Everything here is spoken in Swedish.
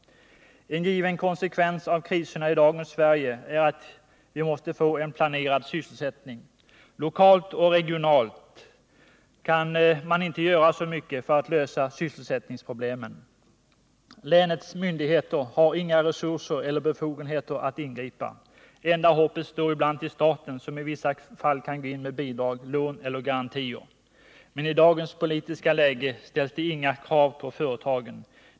En given konsekvens av kriserna i dagens Sverige är att vi måste få en planerad sysselsättning. Lokalt och regionalt kan man inte göra så mycket för att lösa sysselsättningsproblemen. Länets myndigheter har inga resurser eller befogenheter att ingripa. Enda hoppet står ibland till staten, som i vissa fall kan gå in med bidrag, lån eller garantier. Men i dagens politiska läge ställs det inga krav på företagen.